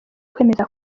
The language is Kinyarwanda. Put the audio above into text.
kwemeza